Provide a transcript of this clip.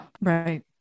right